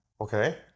okay